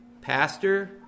Pastor